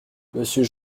monsieur